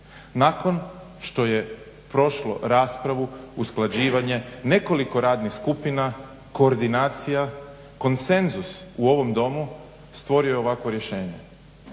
nakon što je prošlo raspravu, usklađivanje, nekoliko radnih skupina, koordinacija, konsenzus u ovom domu stvorio je ovakvo rješenje